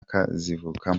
kazivukamo